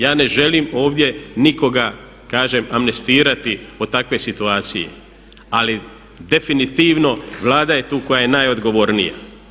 Ja ne želim ovdje nikoga kažem amnestirati od takve situacije ali definitivno Vlada je tu koja je najodgovornija.